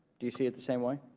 do you see it the same way?